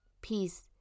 Peace